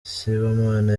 sibomana